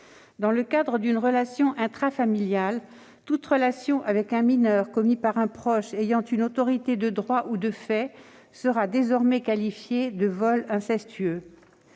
Dans le cadre d'une relation intrafamiliale, tout acte sexuel commis sur un mineur par un proche ayant une autorité de droit ou de fait sera désormais qualifié de viol incestueux.